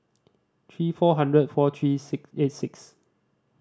three four hundred four three eight six